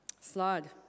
Slide